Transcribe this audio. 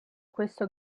questo